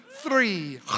Three